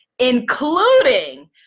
including